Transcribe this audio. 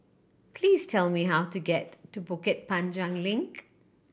please tell me how to get to Bukit Panjang Link